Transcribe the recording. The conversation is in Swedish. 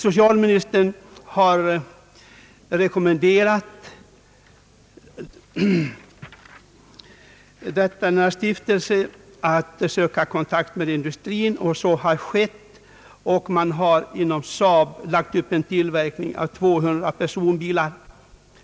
Socialministern har rekommenderat Stiftelsen för teknisk hjälp åt handikappade att söka kontakt med industrin, och så har skett. Saab har lagt upp en tillverkning av 200 permobilar.